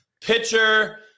pitcher